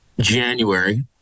January